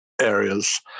areas